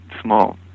small